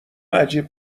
عجیب